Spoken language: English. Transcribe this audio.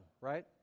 right